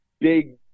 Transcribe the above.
big